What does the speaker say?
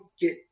get